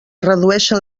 redueixen